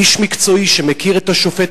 איש מקצועי שמכיר את השופט,